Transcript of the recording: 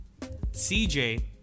CJ